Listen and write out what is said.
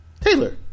Taylor